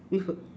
with a